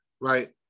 Right